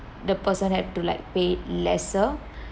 the person had to like pay lesser